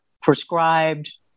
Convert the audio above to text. prescribed